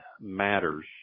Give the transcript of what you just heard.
matters